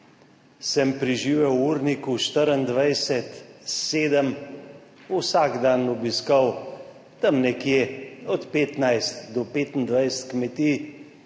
sem preživel v urniku 24/7 vsak dan obiskal tam nekje od 15-25 kmetij